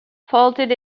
faulted